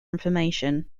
information